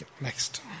Next